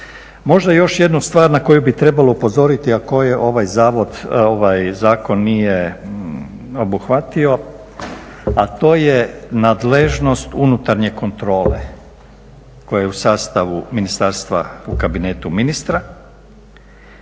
Možda još jednu stvar na koju bi trebalo upozoriti, a koju ovaj zakon nije obuhvatio, a to je nadležnost unutarnje kontrole koja je u sastavu ministarstva u kabinetu ministra.